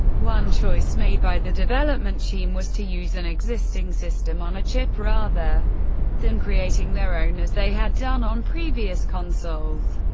one choice made by the development team was to use an existing system on a chip rather than creating their own as they had done on previous consoles.